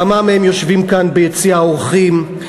כמה מהם יושבים כאן ביציע האורחים,